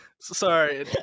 Sorry